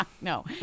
No